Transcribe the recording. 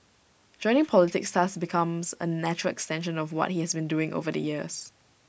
joining politics thus becomes A natural extension of what he has been doing over the years